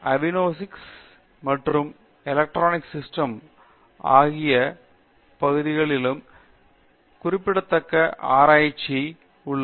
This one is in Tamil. ஆவினிக்ஸ் மற்றும் மின்னணு சிஸ்டம் பகுதிகளில் குறிப்பிடத்தக்க ஆராய்ச்சி உள்ளது